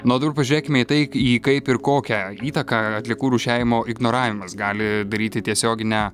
na o dabar pažiūrėkime į tai į kaip ir kokią įtaką atliekų rūšiavimo ignoravimas gali daryti tiesioginę